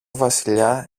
βασιλιά